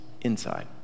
inside